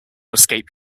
escape